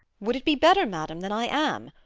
would it be better, madam, than i am?